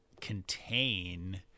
contain